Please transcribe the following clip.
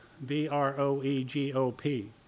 V-R-O-E-G-O-P